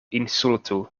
insultu